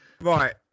Right